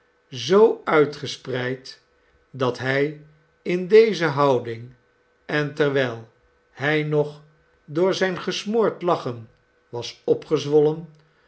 zoo uitgespreid dat hij in deze houding en terwijl hij nog door zijn gesmoord lachen was opgezwollen